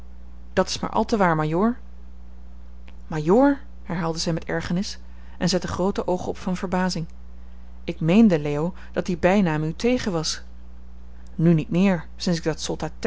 dame dat's maar al te waar majoor majoor herhaalde zij met ergernis en zette groote oogen op van verbazing ik meende leo dat die bijnaam u tegen was nu niet meer sinds ik dat soldateske